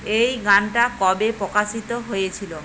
এই গানটা কবে প্রকাশিত হয়েছিল